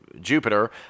Jupiter